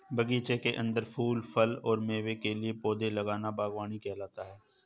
बगीचे के अंदर फूल, फल और मेवे के लिए पौधे लगाना बगवानी कहलाता है